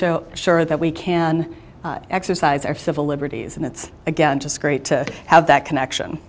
sure that we can exercise our civil liberties and it's again just great to have that connection